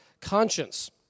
conscience